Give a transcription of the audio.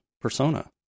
persona